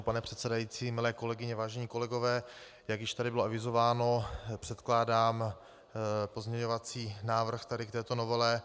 Pane předsedající, milé kolegyně, vážení kolegové, jak již tady bylo avizováno, předkládám pozměňovací návrh k této novele.